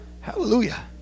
Hallelujah